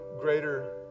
greater